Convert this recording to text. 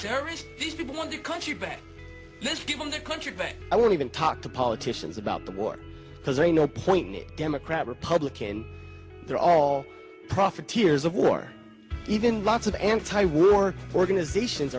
terrorists these people want the country back in the country i won't even talk to politicians about the war because they know point me democrat republican they're all profiteers of war even lots of anti war organizations